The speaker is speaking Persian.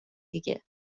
دیگه